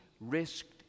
risked